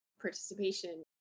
participation